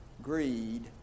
greed